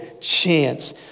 chance